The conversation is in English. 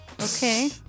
Okay